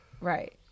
Right